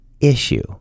issue